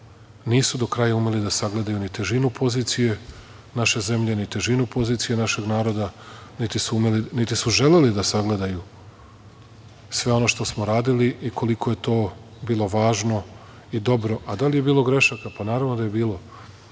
nisu do kraja umeli da sagledaju ni težinu pozicije naše zemlje, ni težinu pozicije našeg naroda, niti su želeli da sagledaju sve ono što smo radili i koliko je to bilo važno i dobro. Da li je bilo grešaka? Naravno da je bilo.